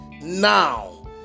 now